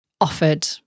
offered